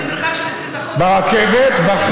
אבל זה מרחק של 20 דקות נסיעה, כמו נסיעה.